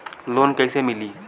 Loan कइसे मिलि?